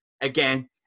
again